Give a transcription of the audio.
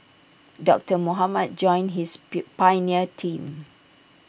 doctor Mohamed joined his pill pioneer team